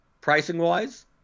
pricing-wise